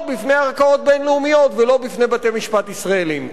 בפני ערכאות בין-לאומיות ולא בפני בתי-משפט ישראליים.